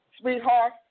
sweetheart